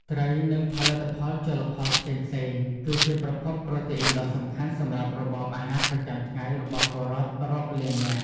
ត្រី និងផលិតផលជលផលផ្សេងៗ គឺជាប្រភពប្រូតេអ៊ីនដ៏សំខាន់សម្រាប់របបអាហារប្រចាំថ្ងៃរបស់ពលរដ្ឋរាប់លាននាក់។